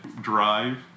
drive